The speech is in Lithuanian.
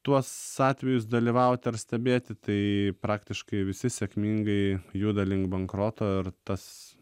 tuos atvejus dalyvaut ar stebėti tai praktiškai visi sėkmingai juda link bankroto ir tas